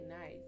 nice